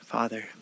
Father